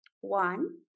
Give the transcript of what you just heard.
One